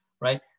Right